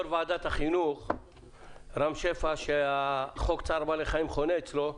יו"ר ועדת החינוך שהחוק הזה חונה אצלו.